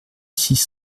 six